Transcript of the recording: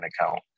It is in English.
account